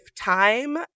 time